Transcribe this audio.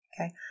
Okay